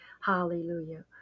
Hallelujah